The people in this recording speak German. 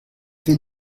will